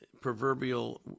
proverbial